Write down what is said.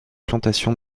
plantations